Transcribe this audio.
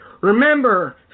Remember